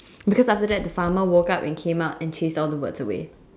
because after that the farmer woke up and came up and chased all the birds away